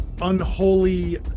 unholy